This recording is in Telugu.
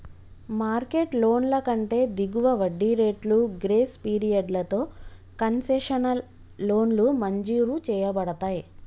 మార్కెట్ లోన్ల కంటే దిగువ వడ్డీ రేట్లు, గ్రేస్ పీరియడ్లతో కన్సెషనల్ లోన్లు మంజూరు చేయబడతయ్